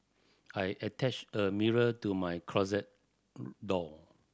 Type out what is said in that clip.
I attached a mirror to my closet door